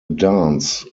dance